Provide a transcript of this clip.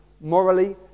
morally